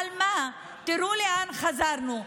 אבל תראו לאן חזרנו.